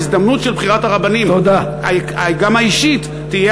ההזדמנות של בחירת הרבנים, גם האישית, תודה.